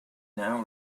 now